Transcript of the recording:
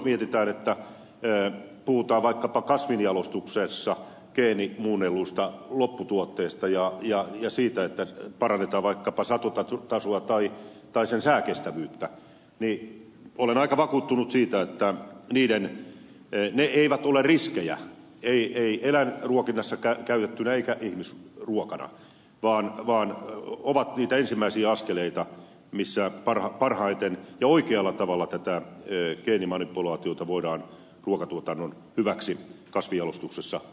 jos puhutaan vaikkapa kasvinjalostuksessa geenimuunnellusta lopputuotteesta ja siitä että parannetaan vaikkapa satotasoa tai säänkestävyyttä niin olen aika vakuuttunut siitä että ne eivät ole riskejä eivät eläinruokinnassa käytettyinä eivätkä ihmisruokana vaan ovat niitä ensimmäisiä askeleita missä parhaiten ja oikealla tavalla tätä geenimanipulaatiota voidaan ruokatuotannon hyväksi kasvinjalostuksessa